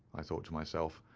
i thought to myself,